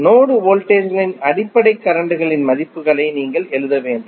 node voltage களின் அடிப்படையில் current களின் மதிப்புகளை நீங்கள் எழுத வேண்டும்